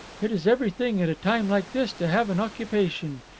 it is everything, at a time like this, to have an occupation.